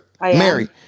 Mary